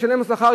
לשלם לו שכר,